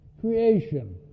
creation